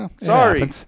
Sorry